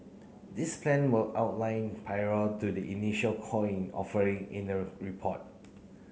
these plan were outlined prior to the initial coin offering in a report